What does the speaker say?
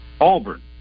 Auburn